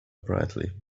brightly